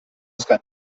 ist